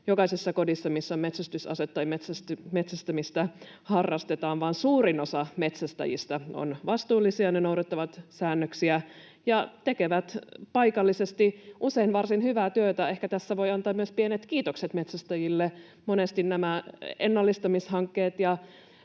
jokaisessa kodissa, missä on metsästysase tai metsästämistä harrastetaan, vaan suurin osa metsästäjistä on vastuullisia. He noudattavat säännöksiä ja tekevät paikallisesti usein varsin hyvää työtä — ehkä tässä voi antaa myös pienet kiitokset metsästäjille. Monesti on näitä ennallistamishankkeita,